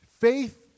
Faith